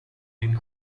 din